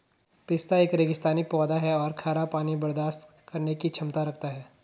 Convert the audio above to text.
पिस्ता एक रेगिस्तानी पौधा है और खारा पानी बर्दाश्त करने की क्षमता रखता है